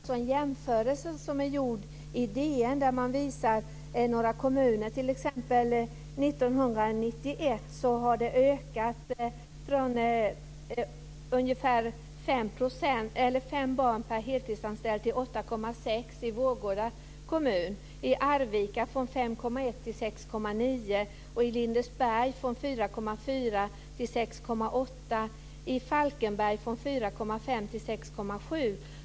Fru talman! Det kommer ändå inte att finnas någon garanti. Det är inte ovanligt att barnen t.o.m. bara har en ur personalen. Jag har här en jämförelse som är gjord i DN, där man visar några kommuner. Från 1991 har antalet barn per heltidsanställd ökat från ungefär 5 barn till 5,1 till 6,9 och i Lindesberg från 4,4 till 6,8. I Falkenberg har det ökat från 4,5 till 6,7.